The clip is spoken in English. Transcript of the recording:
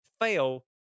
fail